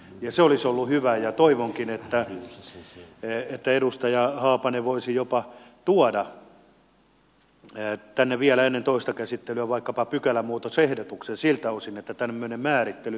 se olisi ollut hyvä ja toivonkin että edustaja haapanen voisi jopa tuoda tänne vielä ennen toista käsittelyä vaikkapa pykälämuutosehdotuksen siltä osin että tämmöinen määrittely tulisi